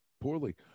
poorly